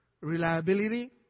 Reliability